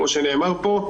כמו שנאמר פה,